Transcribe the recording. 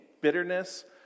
Bitterness